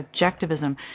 Objectivism